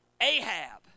Ahab